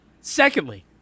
Secondly